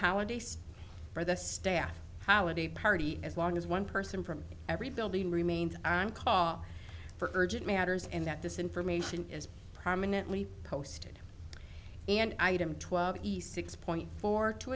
holidays for the staff holiday party as long as one person from every building remained on call for urgent matters and that this information is prominently posted and i had him twelve east six point four t